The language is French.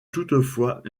toutefois